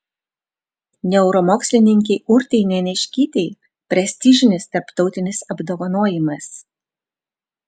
neuromokslininkei urtei neniškytei prestižinis tarptautinis apdovanojimas